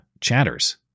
chatters